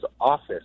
office